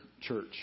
church